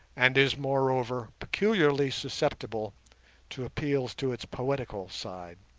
and is moreover peculiarly susceptible to appeals to its poetical side.